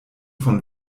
von